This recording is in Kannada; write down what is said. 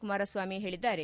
ಕುಮಾರಸ್ವಾಮಿ ಹೇಳಿದ್ದಾರೆ